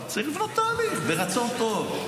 אבל צריך לבנות תהליך ברצון טוב,